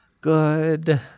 Good